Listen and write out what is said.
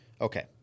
Okay